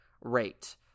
rate